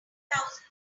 thousand